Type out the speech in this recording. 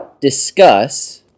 discuss